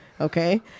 okay